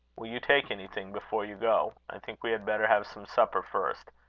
will you take anything before you go? i think we had better have some supper first.